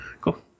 Cool